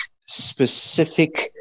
specific